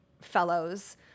fellows